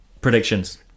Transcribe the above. Predictions